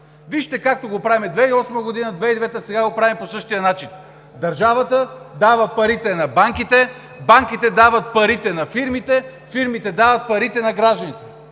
Вижте, както го правихме 2008 г., 2009-а, сега го правим по същия начин – държавата дава парите на банките, банките дават парите на фирмите, фирмите дават парите на гражданите!